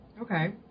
Okay